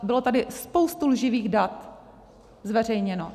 Bylo tady spoustu lživých dat zveřejněno.